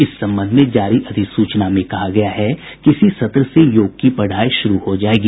इस संबंध में जारी अधिसूचना में कहा गया है कि इसी सत्र से योग की पढ़ाई शुरू हो जायेगी